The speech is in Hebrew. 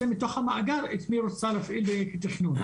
מתוך המאגר את מי היא רוצה להפעיל לתכנון.